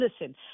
listen